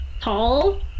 tall